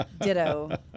Ditto